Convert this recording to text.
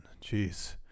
Jeez